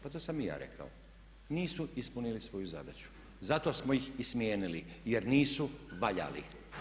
Pa to sam i ja rekao, nisu ispunili svoju zadaću, zato smo ih i smijenili jer nisu valjali.